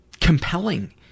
compelling